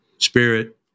spirit